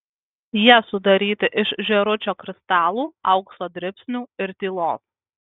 jie sudaryti iš žėručio kristalų aukso dribsnių ir tylos